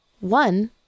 one